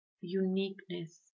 uniqueness